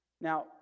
Now